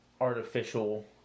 artificial